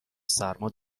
سرما